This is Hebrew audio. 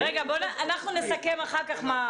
אנחנו נסכם אחר כך.